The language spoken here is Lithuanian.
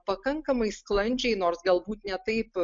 pakankamai sklandžiai nors galbūt ne taip